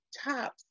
top